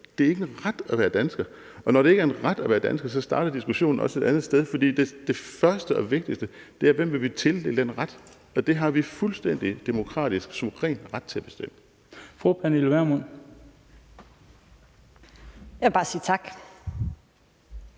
Det er ikke en ret at være dansker. Og når det ikke er en ret at være dansker, starter diskussionen også et andet sted, fordi det første og vigtigste er, hvem vi vil tildele den ret. Og det har vi fuldstændig demokratisk, suveræn ret til at bestemme.